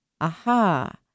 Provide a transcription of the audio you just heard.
aha